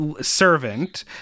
servant